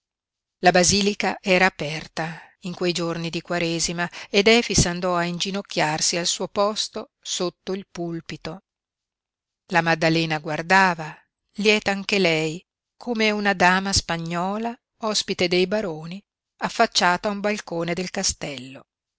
la basilica era aperta in quei giorni di quaresima ed efix andò a inginocchiarsi al suo posto sotto il pulpito la maddalena guardava lieta anche lei come una dama spagnola ospite dei baroni affacciata a un balcone del castello